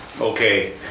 okay